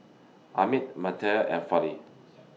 Amit and Fali